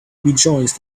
rejoiced